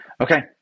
okay